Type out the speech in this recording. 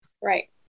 Right